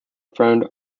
friend